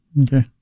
Okay